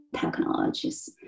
technologies